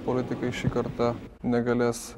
politikai šį kartą negalės